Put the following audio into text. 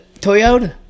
Toyota